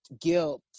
guilt